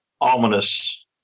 ominous